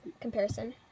comparison